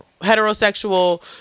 heterosexual